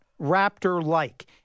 Raptor-like